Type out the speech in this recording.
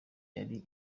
yari